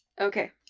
Okay